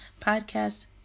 podcast